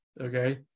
Okay